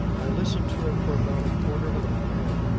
i listened to him for about a quarter of an hour and,